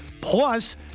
Plus